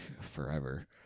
forever